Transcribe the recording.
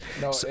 No